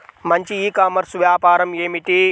మంచి e commerce వ్యాపారం ఏమిటీ?